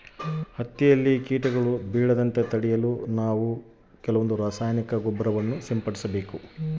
ಹತ್ತಿಯಲ್ಲಿ ಕೇಟಗಳು ಬೇಳದಂತೆ ತಡೆಯಲು ಏನು ಮಾಡಬೇಕು?